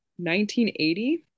1980